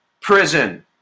prison